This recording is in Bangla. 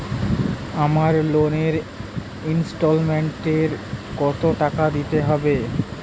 আমার লোনের ইনস্টলমেন্টৈ কত টাকা দিতে হবে?